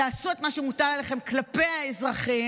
תעשו את מה שמוטל עליכם כלפי האזרחים,